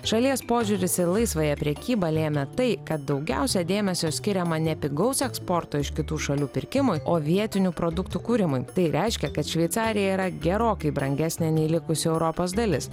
šalies požiūris į laisvąją prekybą lėmė tai kad daugiausia dėmesio skiriama ne pigaus eksporto iš kitų šalių pirkimui o vietinių produktų kūrimui tai reiškia kad šveicarija yra gerokai brangesnė nei likusi europos dalis